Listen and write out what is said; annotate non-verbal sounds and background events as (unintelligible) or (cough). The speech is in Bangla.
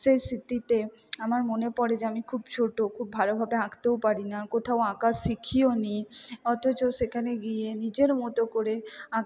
সেই স্মৃতিতে আমার মনে পড়ে যে আমি খুব ছোটো খুব ভালোভাবে আঁকতেও পারি না কোথাও আঁকা শিখিও নি অথচ সেখানে গিয়ে নিজের মতো করে (unintelligible)